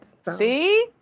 See